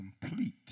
complete